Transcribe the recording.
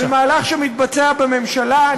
על מהלך שמתבצע בממשלה.